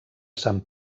sant